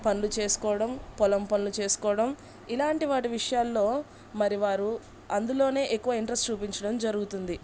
పనులు చేసుకోవడం పొలం పనులు చేసుకోవడం ఇలాంటి వాటి విషయాల్లో మరి వారు అందులోనే ఎక్కువ ఇంట్రెస్ట్ చూపించడం జరుగుతుంది